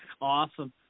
Awesome